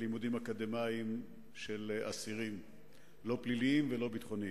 לימודים אקדמיים לאסירים ביטחוניים?